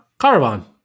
Caravan